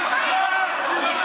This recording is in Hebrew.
בושה.